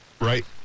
Right